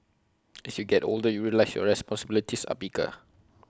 as you get older you realise your responsibilities are bigger